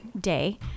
day